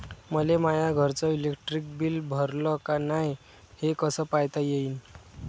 मले माया घरचं इलेक्ट्रिक बिल भरलं का नाय, हे कस पायता येईन?